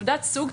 תעודת סוג,